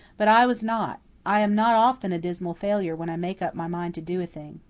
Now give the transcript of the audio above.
but i was not. i am not often a dismal failure when i make up my mind to do a thing.